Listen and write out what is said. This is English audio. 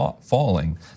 falling